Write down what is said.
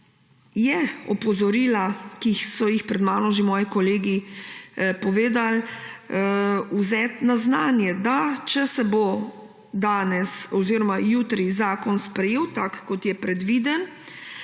je opozorila, ki so jih pred mano že moji kolegi povedali, treba vzeti na znanje. Če se bo danes oziroma jutri zakon sprejel, tak, kot je predviden,